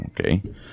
Okay